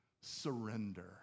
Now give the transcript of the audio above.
surrender